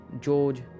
George